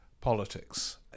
politics